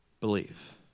believe